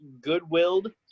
goodwilled